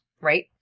Right